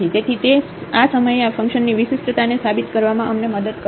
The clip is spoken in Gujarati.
તેથી તે આ સમયે આ ફંકશનની વિશિષ્ટતાને સાબિત કરવામાં અમને મદદ કરતું નથી